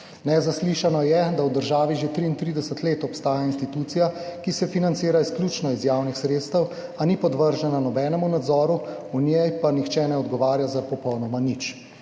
Nezaslišano je, da v državi že 33 let obstaja institucija, ki se financira izključno iz javnih sredstev, a ni podvržena nobenemu nadzoru, v njej pa nihče ne odgovarja za popolnoma nič.